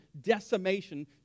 decimation